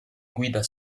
guida